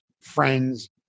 friends